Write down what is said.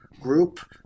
group